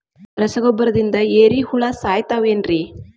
ರಸಗೊಬ್ಬರದಿಂದ ಏರಿಹುಳ ಸಾಯತಾವ್ ಏನ್ರಿ?